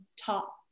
top